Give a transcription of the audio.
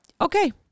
okay